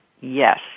yes